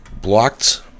blocked